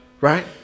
right